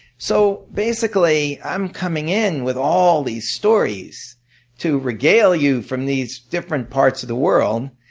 so basically, i'm coming in with all these stories to regale you from these different parts of the world.